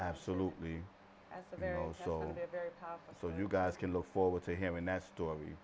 absolutely so so you guys can look forward to hearing that story